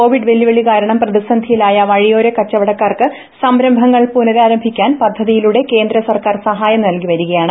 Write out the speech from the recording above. Covid വെല്ലുവിളി കാര ണം പ്രതിസന്ധിയിലായ വഴിയോരകച്ചവടക്കാർക്ക് സംരംഭങ്ങൾ പുനരരാരംഭിക്കാൻ പദ്ധതിയിലൂടെ കേന്ദ്രസർക്കാർ സഹായം നൽ കി വരികയാണ്